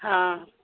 ହଁ